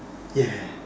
ya